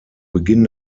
beginn